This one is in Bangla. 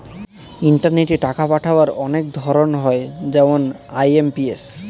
ইন্টারনেটে টাকা পাঠাবার অনেক ধরন হয় যেমন আই.এম.পি.এস